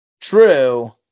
true